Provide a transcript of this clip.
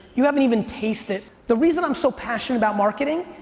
you haven't even tasted. the reason i'm so passionate about marketing,